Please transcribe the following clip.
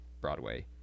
Broadway